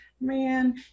man